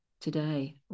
today